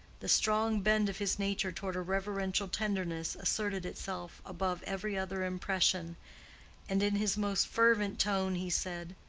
the strong bent of his nature toward a reverential tenderness asserted itself above every other impression and in his most fervent tone he said,